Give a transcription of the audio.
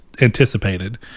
anticipated